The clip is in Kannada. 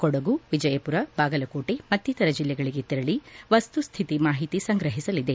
ಕೊಡಗು ವಿಜಯಪುರ ಬಾಗಲಕೋಟೆ ಮತ್ತಿತರ ಜಿಲ್ಲೆಗಳಿಗೆ ತೆರಳಿ ವಸ್ತುಸ್ಥಿತಿ ಮಾಹಿತಿ ಸಂಗ್ರಹಿಸಲಿದೆ